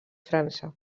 frança